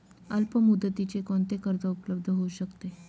अल्पमुदतीचे कोणते कर्ज उपलब्ध होऊ शकते?